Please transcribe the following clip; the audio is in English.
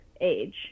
age